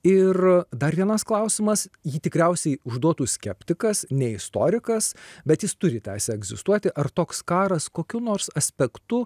ir dar vienas klausimas jį tikriausiai užduotų skeptikas ne istorikas bet jis turi teisę egzistuoti ar toks karas kokiu nors aspektu